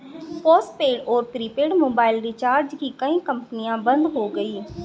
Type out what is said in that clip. postpaid और prepaid mobile recharge की कई कंपनियां बंद हो गई